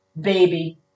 baby